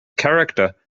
character